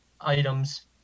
items